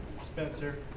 Spencer